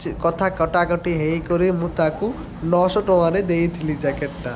କଥା କଟାକଟି ହୋଇକରି ମୁଁ ତାକୁ ନଅଶହ ଟଙ୍କାରେ ଦେଇଥିଲି ଜ୍ୟାକେଟ୍ଟା